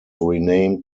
renamed